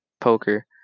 poker